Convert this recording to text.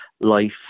life